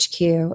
HQ